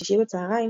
בשישי בצוהריים,